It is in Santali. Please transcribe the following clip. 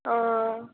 ᱚᱻ